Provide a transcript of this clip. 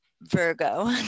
Virgo